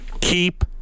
Keep